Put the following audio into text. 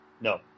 No